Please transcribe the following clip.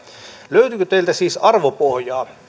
löytyykö teiltä siis arvopohjaa